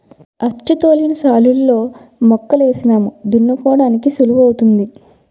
అచ్చుతోలిన శాలులలో మొక్కలు ఏసినాము దున్నుకోడానికి సుళువుగుంటాది